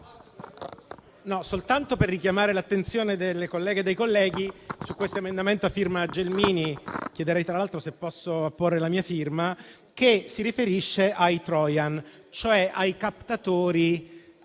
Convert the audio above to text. soltanto per richiamare l'attenzione delle colleghe e dei colleghi su questo emendamento, a firma della senatrice Gelmini, cui chiederei, tra l'altro, se posso apporre la mia firma, che si riferisce ai *trojan*, cioè ai captatori